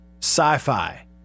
sci-fi